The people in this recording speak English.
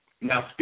Now